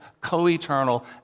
co-eternal